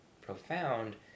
profound